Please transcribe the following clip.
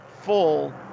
full